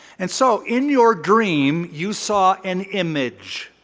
and so in your dream you saw an image.